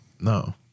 No